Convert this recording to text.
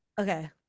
Okay